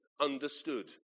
understood